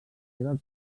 seva